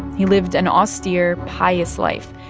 he lived an austere, pious life.